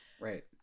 Right